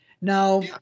Now